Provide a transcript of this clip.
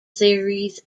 series